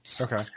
Okay